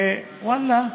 ואללה.